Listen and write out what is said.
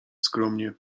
skromnie